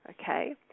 Okay